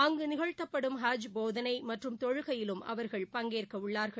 அங்கு நிகழ்த்தப்படும் ஹஜ் போதனை மற்றும் தொழுகையிலும் அவர்கள் பங்கேற்கவுள்ளார்கள்